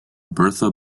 bertha